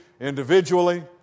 individually